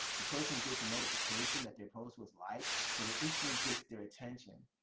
the person gets a notification that their post was liked, so it instantly gets their attention,